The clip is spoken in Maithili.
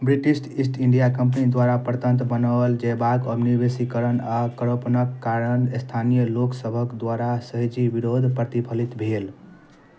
ब्रिटिश ईस्ट इंडिया कंपनी द्वारा परतन्त्र बनाओल जयबाक उपनिवेशीकरण आ करारोपणक कारण स्थानीय लोक सभक द्वारा सहजहि विरोध प्रतिफलित भेल